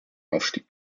aufstieg